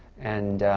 and